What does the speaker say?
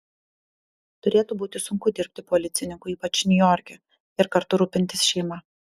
turėtų būti sunku dirbti policininku ypač niujorke ir kartu rūpintis šeima